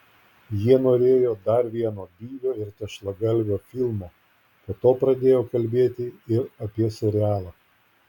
jie norėjo dar vieno byvio ir tešlagalvio filmo po to pradėjo kalbėti ir apie serialą